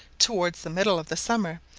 towards the middle of the summer,